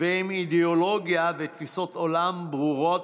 ועם אידיאולוגיה ותפיסות עולם ברורות,